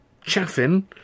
Chaffin